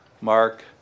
mark